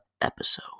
episode